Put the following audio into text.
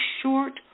short